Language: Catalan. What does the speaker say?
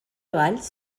valls